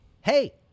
Hey